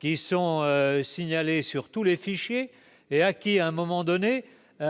qui sont signalés sur tous les fichiers et acquis à un moment donné, on